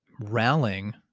rallying